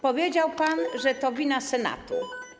Powiedział pan, że to wina Senatu.